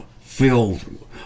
filled